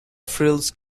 frills